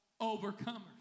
Overcomers